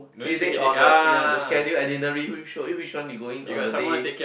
headache on the ya the schedule itinerary which which one you going on the day